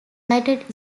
united